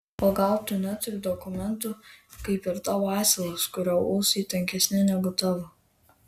o gal tu neturi dokumentų kaip ir tavo asilas kurio ūsai tankesni negu tavo